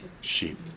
Sheep